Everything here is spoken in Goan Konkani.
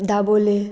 दाबोले